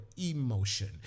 emotion